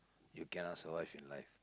you cannot survive in life